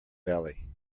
belly